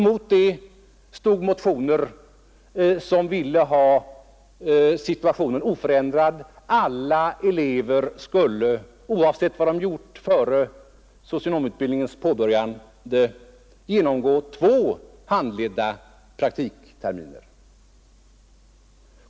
Mot detta stod i motioner framfört förslag med yrkande om oförändrade fordringar, dvs. att alla elever, oavsett vad de hade gjort innan de började sin socionomutbildning, skulle gå igenom två handledda praktikterminer.